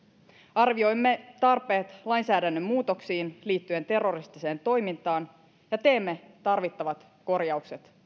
arvioimme tarpeet lainsäädännön muutoksiin liittyen terroristiseen toimintaan ja teemme tarvittavat korjaukset